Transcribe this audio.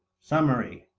summary.